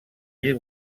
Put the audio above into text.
ell